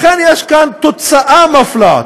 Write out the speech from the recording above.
לכן יש כאן תוצאה מפלה,